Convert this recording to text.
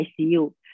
ICU